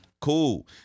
cool